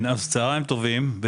צוהריים טובים.